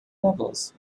levels